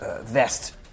vest